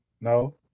No